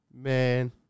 Man